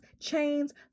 chains